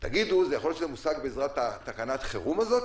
תגידו שיכול להיות שזה מושג בעזרת תקנת החירום הזאת,